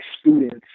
students